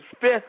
fifth